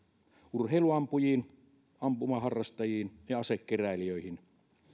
urheiluampujiin ampumaharrastajiin ja asekeräilijöihin